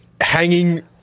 Hanging